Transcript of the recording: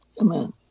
Amen